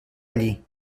allí